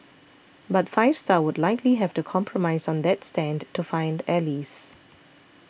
but Five Star would likely have to compromise on that stand to find allies